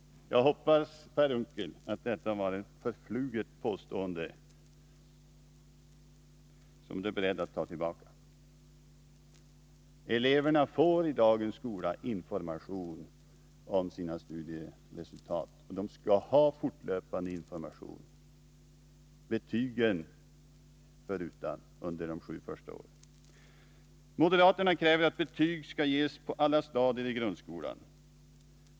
Jag hoppas, Per Unckel, att detta var ett förfluget påstående, som ni är beredd att ta tillbaka. Eleverna får i dagens skola information om sina studieresultat, och de skall ha fortlöpande information, betygen förutan, under de sju första åren. Moderaterna kräver att betyg skall ges på alla stadier i grundskolan.